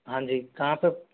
हाँ जी कहाँ पे